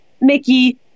Mickey